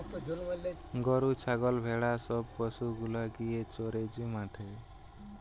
গরু ছাগল ভেড়া সব পশু গুলা গিয়ে চরে যে মাঠে